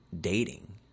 dating